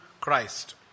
Christ